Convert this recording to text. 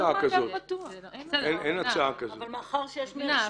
אבל הוא לא מאגר פתוח --- גם אין הצעה כזאת.